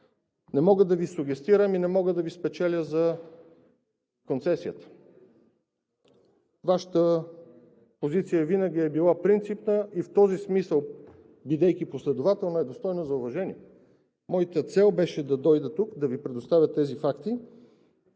не мога да Ви сугестирам и не мога да Ви спечеля за концесията. Вашата позиция винаги е била принципна и в този смисъл, бидейки последователна, е достойна за уважение. Моята цел беше да дойда тук, да Ви предоставя тези факти